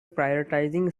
prioritizing